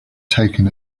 taken